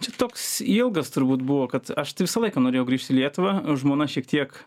čia toks ilgas turbūt buvo kad aš tai visą laiką norėjau grįžt į lietuvą žmona šiek tiek